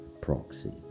proxy